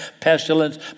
pestilence